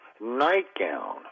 nightgown